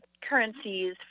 currencies